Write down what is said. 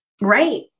Right